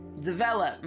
develop